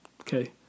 Okay